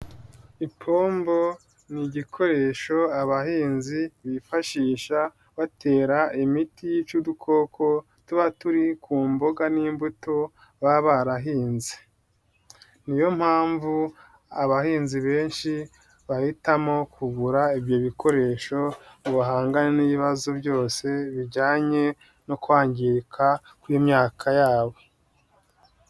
Ipombo ni igikoresho abahinzi bifashisha batera imiti yica udukoko tuba turi ku mboga n'imbuto baba barahinze, niyo mpamvu abahinzi benshi bahitamo kugura ibyo bikoresho ngo bahangane n'ibibazo byose bijyanye no kwangirika kw'imyaka yabo.